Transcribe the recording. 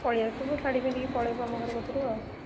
ପଳେଇଆସିବୁ ଶାଢ଼ି ପିନ୍ଧିକି ପଳେଇବୁ ଆମ ଘର କତିରୁ ଆଉ